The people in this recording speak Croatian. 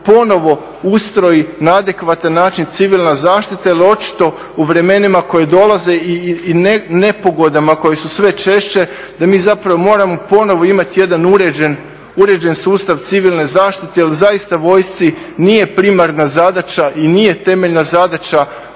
ponovno ustroji na adekvatan način civilna zaštita jer očito u vremenima koja dolaze i nepogodama koje su sve češće da mi zapravo moramo ponovno imati jedan uređen sustav civilne zaštite jer zaista vojsci nije primarna zadaća i nije temeljna zadaća